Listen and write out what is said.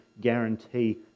guarantee